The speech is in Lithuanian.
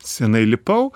senai lipau